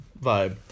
vibe